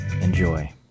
Enjoy